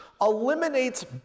eliminates